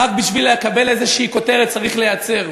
בשביל לקבל איזושהי כותרת צריך להיעצר.